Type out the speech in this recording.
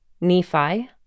Nephi